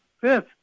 fifth